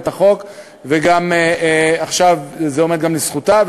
וגם עכשיו זה עומד לזכותה,